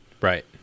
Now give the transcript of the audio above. Right